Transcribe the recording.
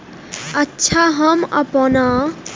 अच्छा हम आपन बीमा के क़िस्त मोबाइल से भी जमा के सकै छीयै की?